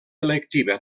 electiva